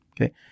Okay